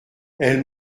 elles